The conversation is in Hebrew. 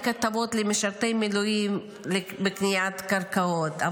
הטבות למשרתי מילואים בקניית קרקעות,